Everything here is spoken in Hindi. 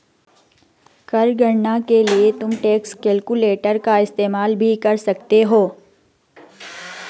कर गणना के लिए तुम टैक्स कैलकुलेटर का इस्तेमाल भी कर सकते हो